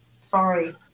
Sorry